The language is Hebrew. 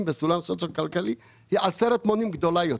בסולם סוציו-כלכלי היא עשרת מונים גדולה יותר.